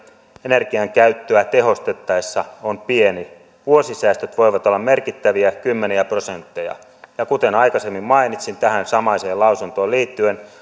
energian käyttöä tehostettaessa on pieni vuosisäästöt voivat olla merkittäviä kymmeniä prosentteja ja kuten aikaisemmin mainitsin tähän samaiseen lausuntoon liittyen